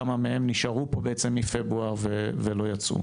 כמה מהם נשארו פה מפברואר ולא יצאו.